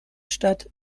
stadt